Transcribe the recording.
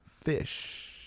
fish